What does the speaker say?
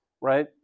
Right